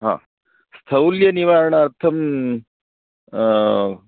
हा स्थौल्यनिवारणार्थं